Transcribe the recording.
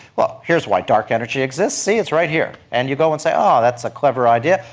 well, here's why dark energy exists, see, it's right here. and you go and say, oh, that's a clever idea,